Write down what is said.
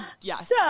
yes